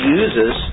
uses